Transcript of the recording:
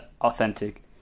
authentic